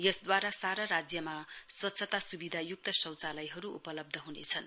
यसद्वारा सारा राज्यमा स्वच्छता सुविधायुक्त शौचालयहरु उपलब्ध हुनेछन्